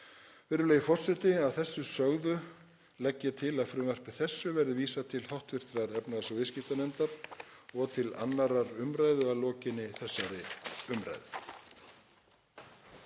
Virðulegi forseti. Að þessu sögðu legg ég til að frumvarpi þessu verði vísað til hv. efnahags- og viðskiptanefndar og til 2. umræðu að lokinni þessari umræðu.